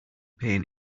pain